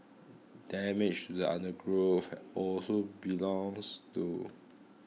damage to the undergrowth also belongs to